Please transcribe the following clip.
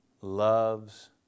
loves